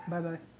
Bye-bye